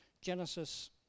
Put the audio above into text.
genesis